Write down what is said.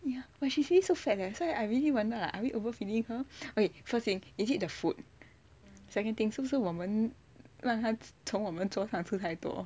ya but she really so fat leh so I really wonder like are we overfeeding her okay first thing is it the food second thing 是不是我们让他从我们卓上吃太多